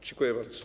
Dziękuję bardzo.